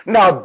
Now